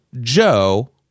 Joe